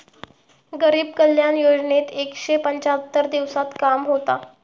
गरीब कल्याण योजनेत एकशे पंच्याहत्तर दिवसांत काम होता